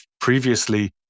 previously